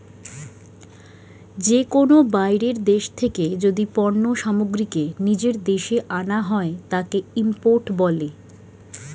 যে কোনো বাইরের দেশ থেকে যদি পণ্য সামগ্রীকে নিজের দেশে আনা হয়, তাকে ইম্পোর্ট বলে